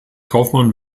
kaufmann